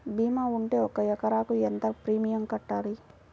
భీమా ఉంటే ఒక ఎకరాకు ఎంత ప్రీమియం కట్టాలి?